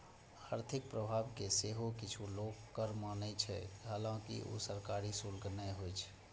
आर्थिक प्रभाव कें सेहो किछु लोक कर माने छै, हालांकि ऊ सरकारी शुल्क नै होइ छै